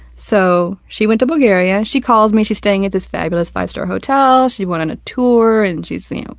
so, she went to bulgaria. she calls me, she's staying at this fabulous five star hotel, she went on a tour, and she's saying,